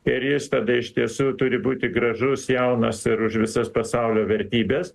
ir jis tada iš tiesų turi būti gražus jaunas ir už visas pasaulio vertybes